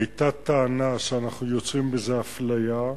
היתה טענה שאנחנו יוצרים בזה אפליה.